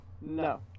No